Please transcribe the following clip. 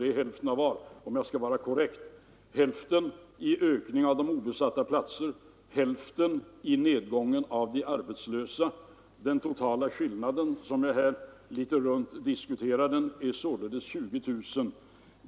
Om jag skall vara korrekt kan jag säga att hälften ankommer på ökningen av antalet obesatta platser, hälften på nedgången av antalet arbetslösa. Den totala skillnaden är alltså i runt tal 20 000.